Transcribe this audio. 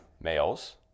males